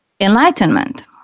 enlightenment